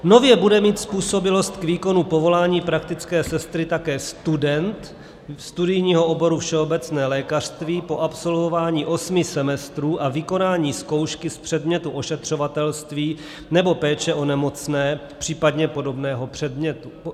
Nově bude mít způsobilost k výkonu povolání praktické sestry také student studijního oboru všeobecné lékařství po absolvování osmi semestrů a vykonání zkoušky z předmětu ošetřovatelství nebo péče o nemocné, případně podobného předmětu.